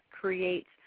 creates